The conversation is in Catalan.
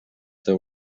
teu